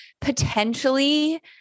potentially